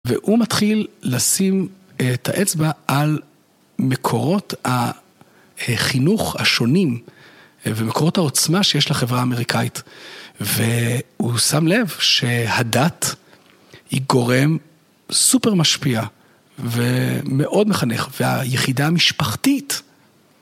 והוא מתחיל לשים את האצבע על מקורות החינוך השונים ומקורות העוצמה שיש לחברה האמריקאית. והוא שם לב שהדת היא גורם סופר משפיע ומאוד מחנך. והיחידה המשפחתית...